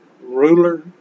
Ruler